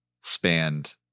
spanned